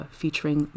featuring